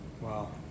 Wow